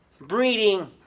breeding